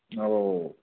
وہ